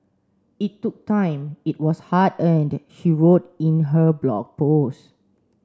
it took time it was hard earned she wrote in her Blog Post